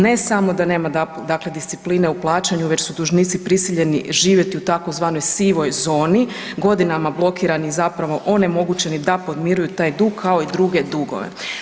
Ne samo da nema dakle discipline u plaćanju već su dužnici prisiljeni živjeti u tzv. sivoj zoni, godinama blokirani, zapravo onemogućeni da podmiruju taj dug, kao i druge dugove.